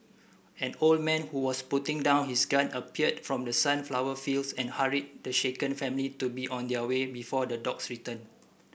an old man who was putting down his gun appeared from the sunflower fields and hurried the shaken family to be on their way before the dogs return